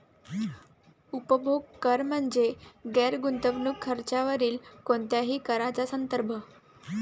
उपभोग कर म्हणजे गैर गुंतवणूक खर्चावरील कोणत्याही कराचा संदर्भ